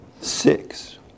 six